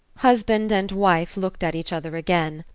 husband and wife looked at each other again.